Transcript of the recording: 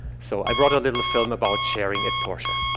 so i brought a little film about sharing at porsche